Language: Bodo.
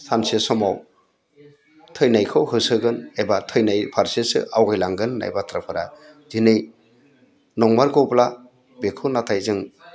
सानसे समाव थैनायखौ होसोगोन एबा थैनाय फारसेसो आवगायलांगोन होननाय बाथ्राफोरा दिनै नंमारगौब्ला बेखौ नाथाय जों